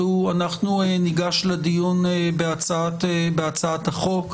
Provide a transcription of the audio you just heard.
ניגש לדיון בהצעת החוק.